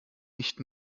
nicht